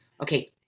Okay